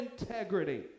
integrity